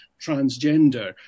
transgender